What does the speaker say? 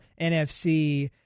NFC